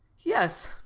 yes.